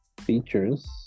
features